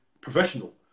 professional